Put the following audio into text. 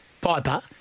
Piper